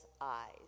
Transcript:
eyes